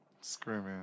Screaming